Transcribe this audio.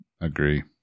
Agree